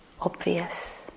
obvious